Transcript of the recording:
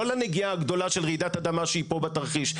לא לנגיעה הגדולה של רעידת אדמה שהיא פה בתרחיש.